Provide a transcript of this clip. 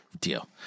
Deal